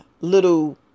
little